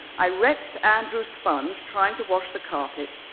i wrecked andrew's sponge trying to wash the carpet,